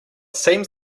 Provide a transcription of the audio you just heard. seems